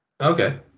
Okay